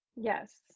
yes